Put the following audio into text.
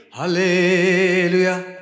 hallelujah